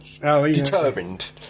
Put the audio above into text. determined